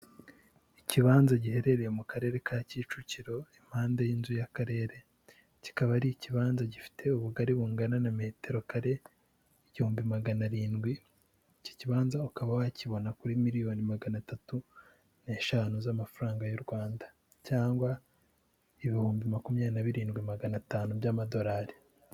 Ikibanza giherereye mu karere ka Kicukiro impande y'inzu y'akarere, kikaba ari ikibanza gifite ubugari bungana na metero kare igihumbi magana arindwi, iki kibanza ukaba wakibona kuri miliyoni magana atatu n'eshanu z'amafaranga y'u Rwanda cyangwa ibihumbi makumyabiri na birindwi magana atanu by'amadolari.